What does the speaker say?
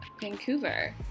Vancouver